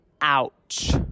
Ouch